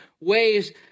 ways